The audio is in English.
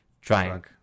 trying